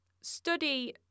Study